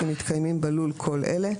כי מתקיימים בלול כל אלה: